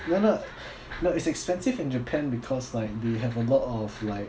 no no no it's expensive in japan because like they have a lot of like